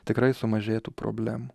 tikrai sumažėtų problemų